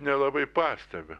nelabai pastebiu